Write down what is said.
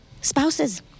spouses